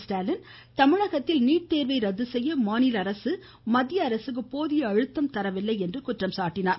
ஸ்டாலின் தமிழகத்தில் நீட் தேர்வை ரத்து செய்ய மாநிலஅரசு மத்தியஅரசுக்கு போதிய அழுத்தம் தரவில்லை என்று குற்றம் சாட்டினார்